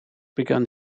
begun